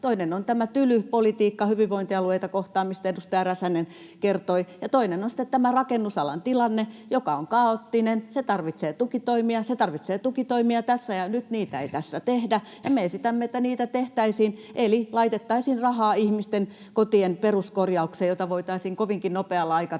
toinen on tämä tyly politiikka hyvinvointialueita kohtaan, mistä edustaja Räsänen kertoi, ja toinen on sitten tämä rakennusalan tilanne, joka on kaoottinen. Ala tarvitsee tukitoimia, ja nyt niitä ei tässä tehdä, ja me esitämme, että niitä tehtäisiin eli laitettaisiin rahaa ihmisten kotien peruskorjaukseen, mitä voitaisiin kovinkin nopealla aikataululla